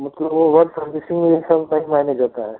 मतलब वो one servicing में ही सब नहीं मैनेज होता है